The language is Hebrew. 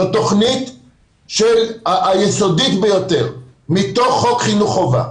זו תוכנית יסודית ביותר מתוך חוק חינוך חובה.